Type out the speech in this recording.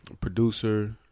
Producer